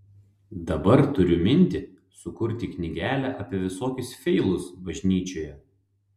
dabar turiu mintį sukurti knygelę apie visokius feilus bažnyčioje